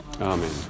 Amen